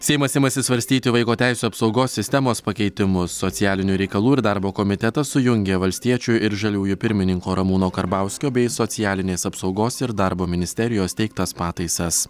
seimas imasi svarstyti vaiko teisių apsaugos sistemos pakeitimus socialinių reikalų ir darbo komitetas sujungė valstiečių ir žaliųjų pirmininko ramūno karbauskio bei socialinės apsaugos ir darbo ministerijos teiktas pataisas